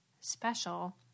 special